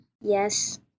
yes